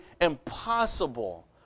impossible